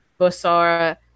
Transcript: Bosara